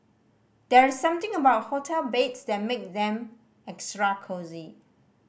there's something about hotel beds that make them extra cosy